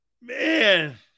Man